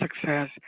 success